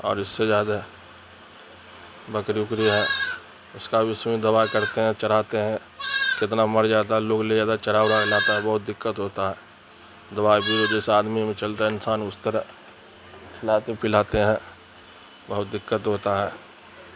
اور اس سے زیادہ بکری وکری ہے اس کا بھی سوئی دوا کرتے ہیں چراتے ہیں کتنا مر جاتا ہے لوگ لے جاتا ہے چرا ورا کے لاتا ہے بہت دقت ہوتا ہے دوائی بھی جیسے آدمی میں چلتا ہے انسان اس طرح کھلاتے پلاتے ہیں بہت دقت ہوتا ہے